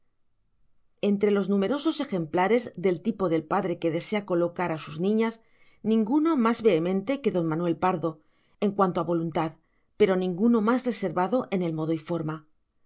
entre los numerosos ejemplares del tipo del padre que desea colocar a sus niñas ninguno más vehemente que don manuel pardo en cuanto a la voluntad pero ninguno más reservado en el modo y forma